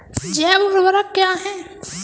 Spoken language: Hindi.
जैव ऊर्वक क्या है?